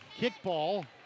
Kickball